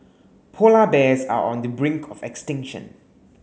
polar bears are on the brink of extinction